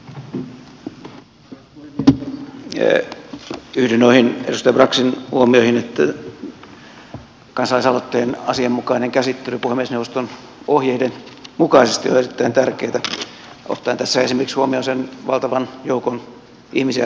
yhdyn noihin edustaja braxin huomioihin että kansalaisaloitteen asianmukainen käsittely puhemiesneuvoston ohjeiden mukaisesti on erittäin tärkeää ottaen tässä huomioon esimerkiksi sen valtavan joukon ihmisiä jotka tämän aloitteen ovat liikkeelle saattaneet